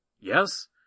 Yes